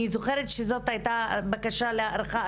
אני זוכרת שהייתה בקשה להארכה של